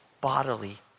bodily